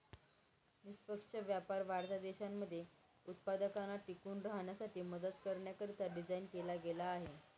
निष्पक्ष व्यापार वाढत्या देशांमध्ये उत्पादकांना टिकून राहण्यासाठी मदत करण्याकरिता डिझाईन केला गेला आहे